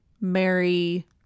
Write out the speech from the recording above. Mary